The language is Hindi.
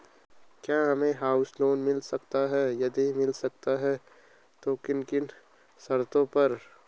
क्या हमें हाउस लोन मिल सकता है यदि मिल सकता है तो किन किन शर्तों पर?